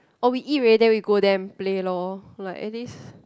oh we eat already then we go there and play loh like at least